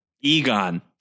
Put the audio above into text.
Egon